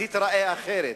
אז היא תיראה אחרת.